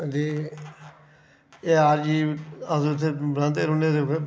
ते एह् हर चीज अस उत्थै बनांदे गै रौह्ने ते फिर